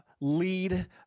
lead